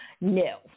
No